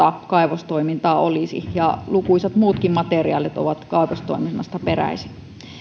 kaivostoimintaa ole ja lukuisat muutkin materiaalit ovat kaivostoiminnasta peräisin